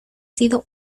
sido